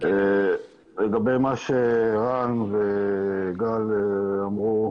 לגבי מה שרן וגל אמרו,